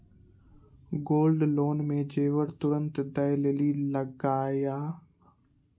Gold loan मे जेबर तुरंत दै लेली लागेया?